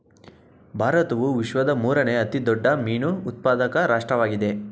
ಭಾರತವು ವಿಶ್ವದ ಮೂರನೇ ಅತಿ ದೊಡ್ಡ ಮೀನು ಉತ್ಪಾದಕ ರಾಷ್ಟ್ರವಾಗಿದೆ